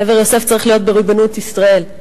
קבר יוסף צריך להיות בריבונות ישראל.